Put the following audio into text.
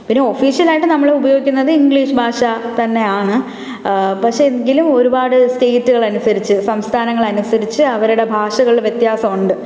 പിന്നെ ഒഫീഷ്യൽ ആയിട്ട് നമ്മൾ ഉപയോഗിക്കുന്നത് ഇംഗ്ലീഷ് ഭാഷ തന്നെയാണ് പക്ഷെ എങ്കിലും ഒരുപാട് സ്റ്റേറ്റുകളനുസരിച്ച് സംസ്ഥാനങ്ങളനുസരിച്ച് അവരുടെ ഭാഷകൾ വ്യത്യാസം ഉണ്ട്